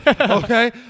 okay